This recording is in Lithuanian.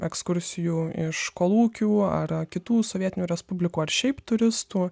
ekskursijų iš kolūkių ar kitų sovietinių respublikų ar šiaip turistų